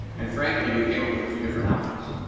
and frankly we came up with a few different options.